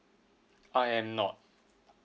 I am not